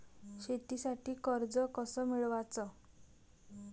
शेतीसाठी कर्ज कस मिळवाच?